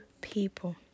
people